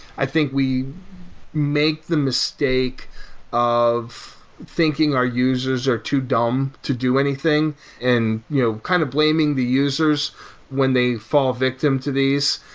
i think we make the mistake of thinking our users are too dumb to do anything and you know kind of blaming the users when they fall victim to these.